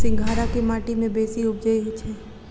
सिंघाड़ा केँ माटि मे बेसी उबजई छै?